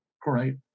great